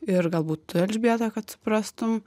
ir galbūt tu elžbieta kad suprastum